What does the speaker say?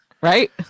Right